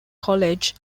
college